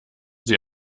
sie